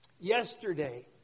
yesterday